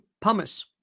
pumice